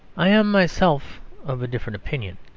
i am myself of a different opinion.